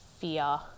fear